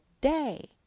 day